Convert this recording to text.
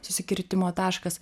susikirtimo taškas